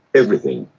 everything.